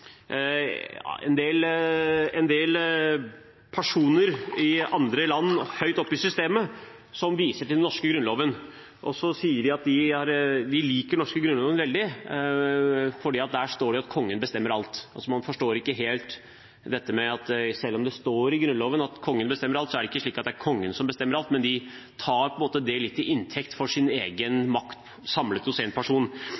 en del personer i andre land høyt oppe i systemet som viser til den norske Grunnloven og sier at de liker veldig godt den norske Grunnloven, for der står det at kongen bestemmer alt. Man forstår altså ikke helt dette at selv om det står i Grunnloven at kongen bestemmer alt, er det ikke slik at det er kongen som bestemmer alt, men de tar det til inntekt for sin egen makt samlet hos én person.